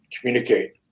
communicate